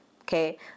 okay